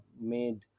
made